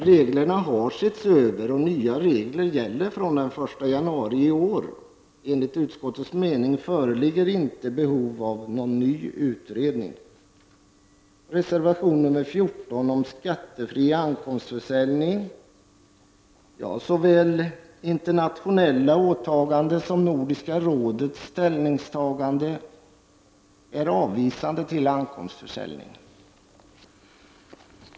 Dessa regler har setts över och nya regler gäller fr.o.m. 1 januari i år. Enligt utskottets mening föreligger inte behov av någon ny utredning. Reservation nr 14 gäller skattefri ankomstförsäljning. Såväl internationella åtaganden som Nordiska rådets ställningstagande är avvisande till ankomstförsäljning.